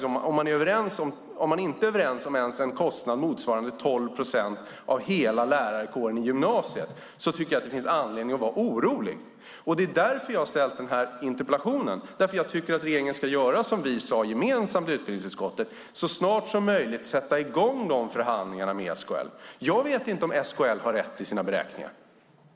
Om man inte kan vara överens om en så stor kostnad finns det anledning att vara orolig. Det är därför jag har framställt den här interpellationen. Jag tycker att regeringen ska göra som vi sade gemensamt i utbildningsutskottet och så snart som möjligt sätta i gång förhandlingarna med SKL. Jag vet inte om SKL har rätt i sina beräkningar.